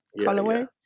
colorway